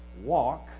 walk